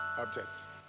objects